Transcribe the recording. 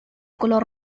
color